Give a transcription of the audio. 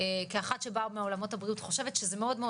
כאחת שבאה מעולמות הבריאות חושבת שזה מאוד מאוד